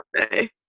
Okay